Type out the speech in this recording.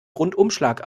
rundumschlag